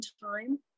time